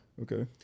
Okay